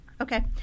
Okay